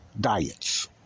diets